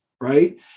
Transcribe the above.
right